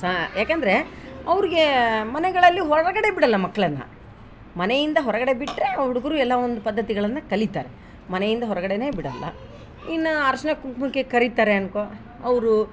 ಸಾ ಯಾಕಂದರೆ ಅವ್ರಿಗೆ ಮನೆಗಳಲ್ಲಿ ಹೊರಗಡೆ ಬಿಡೋಲ್ಲ ಮಕ್ಕಳನ್ನ ಮನೆಯಿಂದ ಹೊರಗಡೆ ಬಿಟ್ಟರೆ ಆ ಹುಡುಗ್ರು ಎಲ್ಲ ಒಂದು ಪದ್ದತಿಗಳನ್ನು ಕಲೀತಾರೆ ಮನೆಯಿಂದ ಹೊರ್ಗಡೆ ಬಿಡೋಲ್ಲ ಇನ್ನು ಅರ್ಶಿಣ ಕುಂಕುಮಕ್ಕೆ ಕರೀತಾರೆ ಅನ್ಕೋ ಅವರು